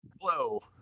Hello